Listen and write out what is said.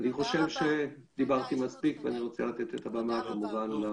אני חושב שדיברתי מספיק ואני רוצה לתת את הבמה כמובן לאחרים.